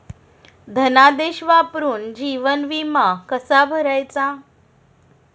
धनादेश वापरून जीवन विमा कसा भरायचा?